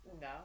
No